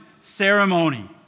ceremony